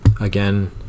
again